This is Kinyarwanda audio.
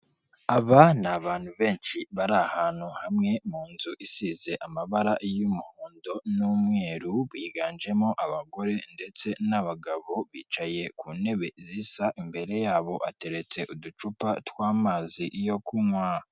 Aba ni abantu benshi bari ahantu hamwe mu nzu isize amabara y'umuhondo n'umweru, biganjemo abagore ndetse n'abagabo, bicaye ku ntebe zisa, imbere yabo hateretse uducupa tw'amazi yo kunywa.